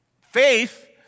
faith